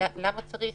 למה צריך